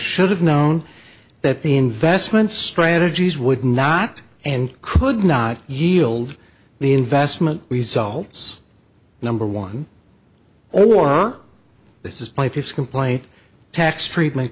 should have known that the investment strategies would not and could not yield the investment results number one all this is plaintiff's complaint tax treatment